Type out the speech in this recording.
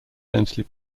densely